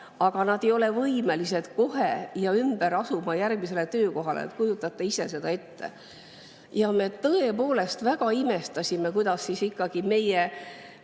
inimesed ei ole võimelised kohe ümber asuma järgmisele töökohale, kujutate isegi ette. Ja me tõepoolest väga imestasime, kuidas me ikkagi